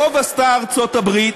טוב עשתה ארצות-הברית